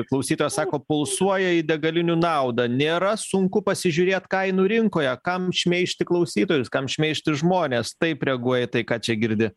klausytojas sako pulsuoja į degalinių naudą nėra sunku pasižiūrėt kainų rinkoje kam šmeižti klausytojus kam šmeižti žmones taip reaguoja į tai ką čia girdi